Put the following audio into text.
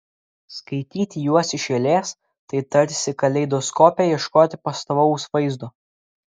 skaityti juos iš eilės tai tarsi kaleidoskope ieškoti pastovaus vaizdo